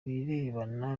birebana